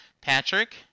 Patrick